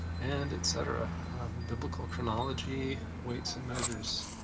and, et cetera. a biblical chronology, weights and measures.